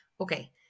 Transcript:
okay